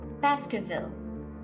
Baskerville